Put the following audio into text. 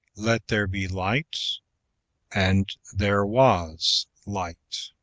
let there be light and there was light.